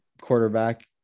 quarterback